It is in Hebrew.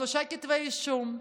שלושה כתבי אישום.